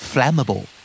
Flammable